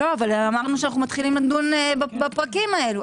אבל אמרנו שאנחנו מתחילים לדון בפרקים האלה,